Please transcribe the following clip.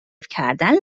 کردن